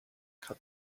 cut